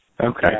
Okay